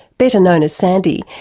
better known as sandy,